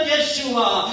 Yeshua